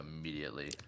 immediately